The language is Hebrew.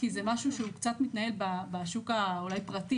כי זה משהו שקצת מתנהל בשוק הפרטי,